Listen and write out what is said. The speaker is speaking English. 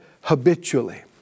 habitually